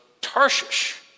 Tarshish